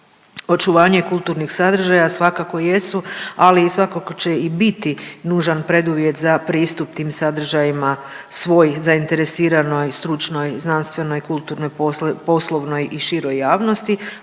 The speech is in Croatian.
očuvanje kulturnih sadržaja svakako jesu, ali i svakako će i biti nužan preduvjet za pristup tim sadržajima svoj zainteresiranoj, stručnoj, znanstvenoj, kulturnoj, poslovnoj i široj javnosti,